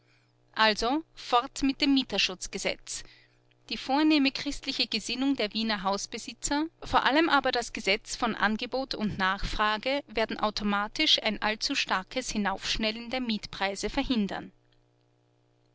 also fort mit dem mieterschutzgesetz die vornehme christliche gesinnung der wiener hausbesitzer vor allem aber das gesetz von angebot und nachfrage werden automatisch ein allzu starkes hinaufschnellen der mietpreise verhindern